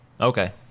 Okay